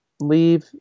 leave